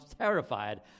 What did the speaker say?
terrified